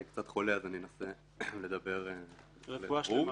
אני קצת חולה, אז אני אנסה לדבר באופן ברור.